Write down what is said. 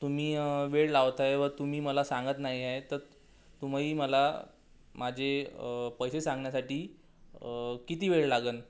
तुम्ही वेळ लावत आहे व तुम्ही मला सांगत नाही आहे तर तुम्ही मला माझे पैसे सांगण्यासाठी किती वेळ लागेल